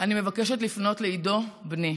אני מבקשת לפנות לעידו בני: